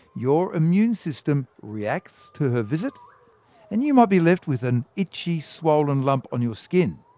your immune system reacts to her visit and you might be left with an itchy swollen lump on your skin.